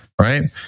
right